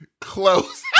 close